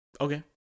Okay